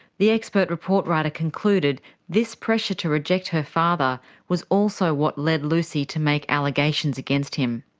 the expert report writer concluded this pressure to reject her father was also what led lucy to make allegations against him.